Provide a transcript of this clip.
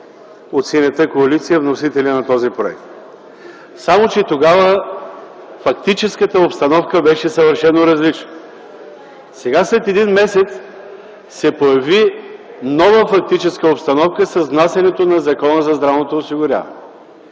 от Синята коалиция. Само че тогава фактическата обстановка беше съвършено различна. Сега, след един месец, се появи нова фактическа обстановка с внасянето на Законопроекта за здравното осигуряване.